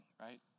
right